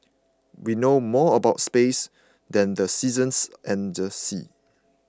we know more about space than the seasons and the sea